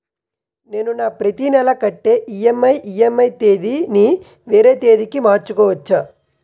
నేను నా ప్రతి నెల కట్టే ఈ.ఎం.ఐ ఈ.ఎం.ఐ తేదీ ని వేరే తేదీ కి మార్చుకోవచ్చా?